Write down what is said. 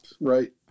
right